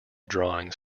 drawings